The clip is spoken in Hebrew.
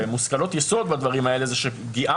ומושכלות יסוד בדברים האלה זה שפגיעה